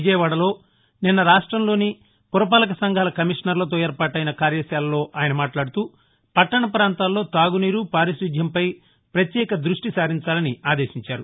విజయవాడలో నిస్న రాష్టంలోని పురపాలక సంఘాల కమీషనర్లతో ఏర్పాటైన ఒక కార్యకాలలో ఆయన మాట్లాడుతూ పట్టణ ప్రాంతాల్లో తాగునీరు పారిశుద్యంపై పత్యేక రృష్టి సారించాలని ఆదేశించారు